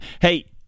Hey